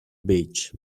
beach